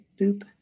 boop